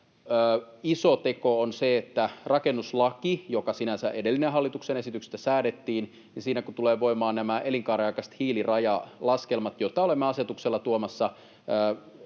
iso teko on se, että kun rakennuslaissa, joka sinänsä edellisen hallituksen esityksestä säädettiin, tulee voimaan nämä elinkaaren aikaiset hiilirajalaskelmat, joita olemme asetuksella tuomassa